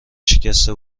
شکسته